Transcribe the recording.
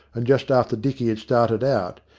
and just after dicky had started out,